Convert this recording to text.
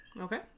Okay